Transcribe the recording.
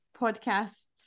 podcasts